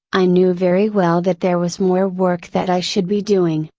i knew very well that there was more work that i should be doing,